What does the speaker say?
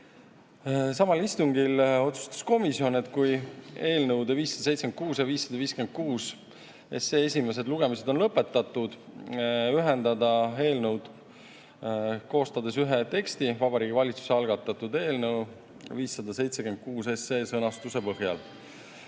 Samal istungil otsustas komisjon, et kui eelnõude 576 ja 556 esimene lugemine on lõpetatud, siis ühendatakse eelnõud, koostades ühe teksti Vabariigi Valitsuse algatatud eelnõu 576 sõnastuse põhjal,